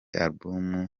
album